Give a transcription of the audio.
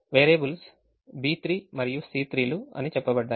variables B3 మరియు C3 లు అని చెప్పబడ్డాయి